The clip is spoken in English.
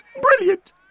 Brilliant